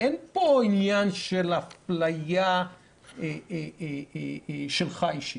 אין פה עניין של אפליה שלך אישית.